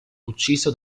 ucciso